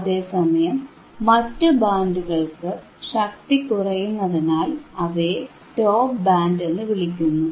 അതേസയം മറ്റു ബാൻഡുകൾക്ക് ശക്തി കുറയുന്നതിനാൽ അവയെ സ്റ്റോപ് ബാൻഡ് എന്നു വിളിക്കുന്നു